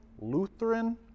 Lutheran